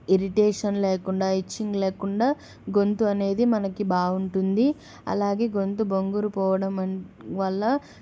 irritation లేకుండా itching లేకుండా గొంతు అనేది మనకి బాగుంటుంది అలాగే గొంతు బొంగురు పోవడం వల్ల